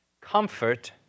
comfort